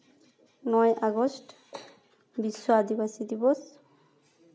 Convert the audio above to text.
ᱱᱚᱭ ᱟᱜᱚᱥᱴ ᱵᱤᱥᱥᱚ ᱟᱹᱫᱤᱵᱟᱹᱥᱤ ᱫᱤᱵᱚᱥ